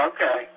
Okay